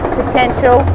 potential